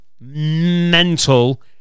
mental